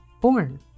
born